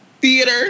theater